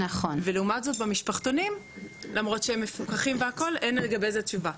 ולעומת זאת במשפחתונים למרות שהם מפוקחים והכל אין לגבי זה תשובה.